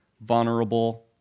vulnerable